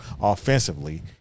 offensively